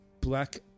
black